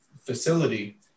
facility